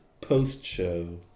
post-show